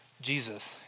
Jesus